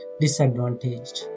disadvantaged